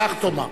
אז כך תאמר.